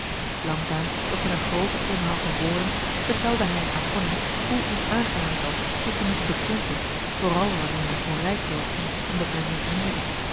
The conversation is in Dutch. langzaam doch met een grooten omhaal van woorden vertelde hij aan tonie hoe onaangenaam het was zich te moeten bekrimpen vooral wanneer men voor rijk doorging omdat men rentenierde